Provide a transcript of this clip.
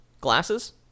glasses